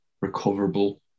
recoverable